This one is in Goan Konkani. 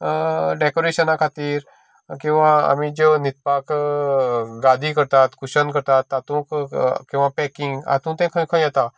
डेकोरेशना खातीर किंवा आमी ज्यो न्हिदपाक गादी करतात कुशन करतात तातूंक किंवा पेकिंग हातून तें खंय येता